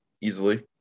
easily